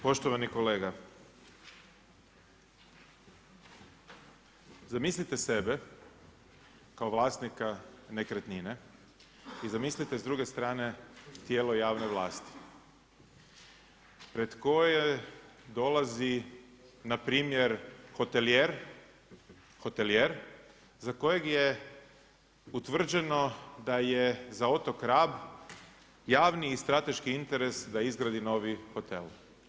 Poštovani kolega, zamislite sebe kao vlasnika nekretnine i zamislite s druge strane tijelo javne vlasti pred koje dolazi, npr. hotelijer za kojeg je utvrđeno da je za otok Rab, javni i strateški interes da izgradi novi hotel.